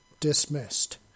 Dismissed